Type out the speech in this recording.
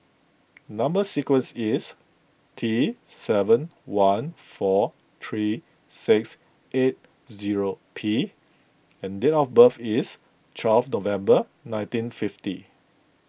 Number Sequence is T seven one four three six eight zero P and date of birth is twelve November nineteen fifty